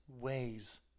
ways